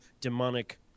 demonic